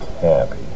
happy